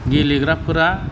गेलेग्राफोरा